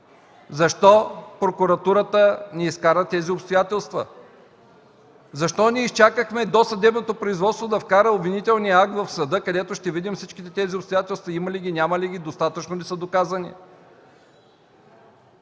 Защо прокуратурата не изкара тези обстоятелства? Защо не изчакахме досъдебното производство да вкара обвинителния акт в съда, където ще видим всички тези обстоятелства има ли ги, няма ли ги, достатъчно ли са доказани?